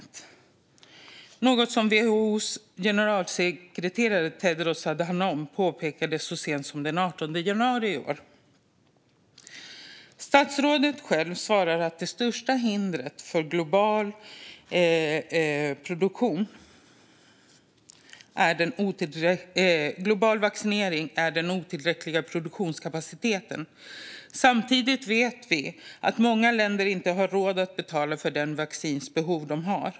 Det är något som WHO:s generalsekreterare Tedros Adhanom Ghebreyesus påpekade så sent som den 18 januari i år. Statsrådet själv svarar att det största hindret för global vaccinering är den otillräckliga produktionskapaciteten. Samtidigt vet vi att många länder inte har råd att betala för det vaccinbehov de har.